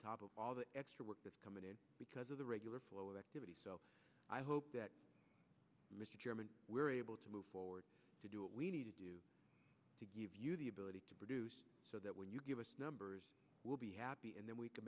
top of all the extra work that's coming in because of the regular flow of activity so i hope that mr chairman we're able to move forward to do what we need to do to give you the ability to produce so that when you give us numbers will be happy and then we can